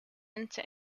into